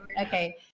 okay